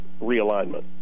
realignment